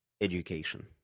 education